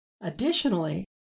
Additionally